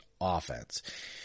offense